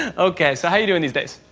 ok, so how are you doing these days?